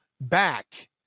back